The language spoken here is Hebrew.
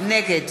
נגד